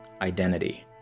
identity